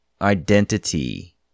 identity